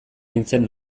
nintzen